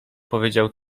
powiedział